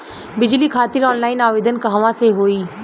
बिजली खातिर ऑनलाइन आवेदन कहवा से होयी?